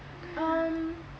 um